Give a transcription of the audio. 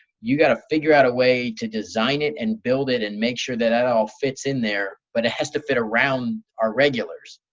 you gotta figure out a way to design it and build it and make sure that it all fits in there but it has to fit around our regulars.